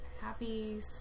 happy